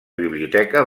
biblioteca